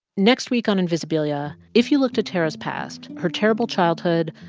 next week on invisibilia, if you look to tara's past, her terrible childhood,